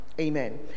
Amen